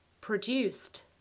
produced